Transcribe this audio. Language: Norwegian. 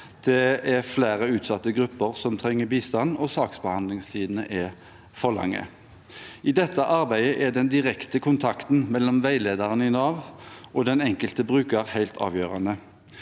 det er flere ut satte grupper som trenger bistand, og saksbehandlingstidene er for lange. I dette arbeidet er den direkte kontakten mellom veilederne i Nav og den enkelte bruker helt avgjørende.